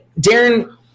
Darren